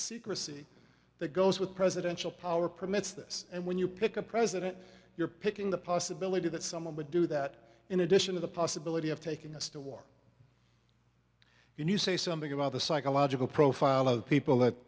secrecy that goes with presidential power permits this and when you pick a president you're picking the possibility that someone would do that in addition to the possibility of taking us to war can you say something about the psychological profile of people that